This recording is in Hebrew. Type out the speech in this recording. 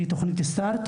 זו תוכנית Start,